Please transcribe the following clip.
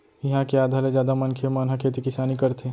इहाँ के आधा ले जादा मनखे मन ह खेती किसानी करथे